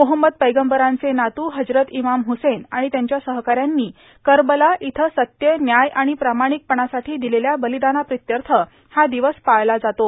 मोहम्मद पैगंबरांचे नातू हजरत इमाम हुसैन आणि त्यांच्या सहकाऱ्यांनी करबला इथं सत्य व्याय आणि प्रामाणिकपणासाठी दिलेल्या बलिदानाप्रीत्यर्थ हा दिवस पाळला जातो